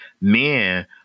Men